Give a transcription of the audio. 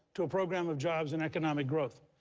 to a program of jobs and economic growth.